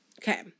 Okay